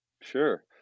Sure